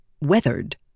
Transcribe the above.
weathered